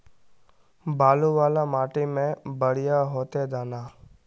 बालू वाला माटी में बढ़िया होते दाना?